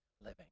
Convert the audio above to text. living